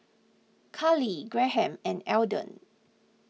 Karly Graham and Elden